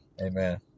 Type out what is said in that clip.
Amen